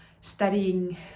studying